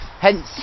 Hence